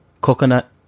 coconut